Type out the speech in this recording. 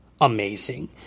amazing